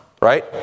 right